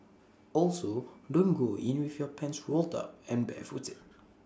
also don't go in with your pants rolled up and barefooted